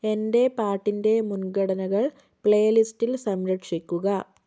എൻ്റെ പാട്ടിൻ്റെ മുൻഗണനകൾ പ്ലേലിസ്റ്റിൽ സംരക്ഷിക്കുക